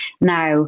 now